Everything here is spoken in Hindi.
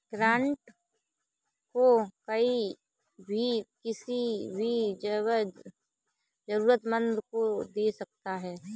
ग्रांट को कोई भी किसी भी जरूरतमन्द को दे सकता है